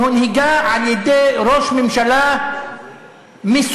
שהונהגה על-ידי ראש ממשלה מסוכן,